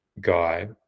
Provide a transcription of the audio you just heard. guy